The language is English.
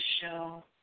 show